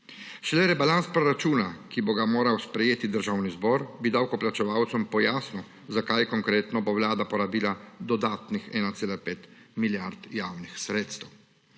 Šele rebalans proračuna, ki ga bo moral sprejeti Državni zbor, bi davkoplačevalcem pojasnil, za kaj konkretno bo Vlada porabila dodatnih 1,5 milijard javnih sredstev.